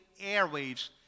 airwaves